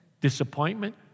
disappointment